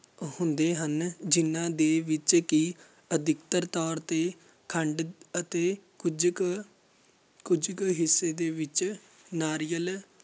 ਹੁੰਦੇ ਹਨ ਜਿਨ੍ਹਾਂ ਦੇ ਵਿੱਚ ਕਿ ਅਧਿਕਤਰ ਤੌਰ 'ਤੇ ਖੰਡ ਅਤੇ ਕੁਝ ਕੁ ਕੁਝ ਕੁ ਹਿੱਸੇ ਦੇ ਵਿੱਚ ਨਾਰੀਅਲ